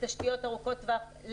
לתשתיות ארוכות טווח,